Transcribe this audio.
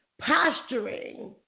posturing